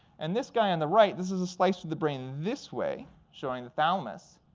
and this guy in the right, this is a slice through the brain this way showing the thalamus.